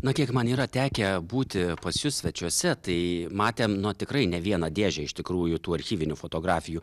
na kiek man yra tekę būti pas jus svečiuose tai matėm na tikrai ne vieną dėžę iš tikrųjų tų archyvinių fotografijų